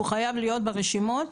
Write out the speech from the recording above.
שהוא חייב להיות ברשימות.